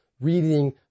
reading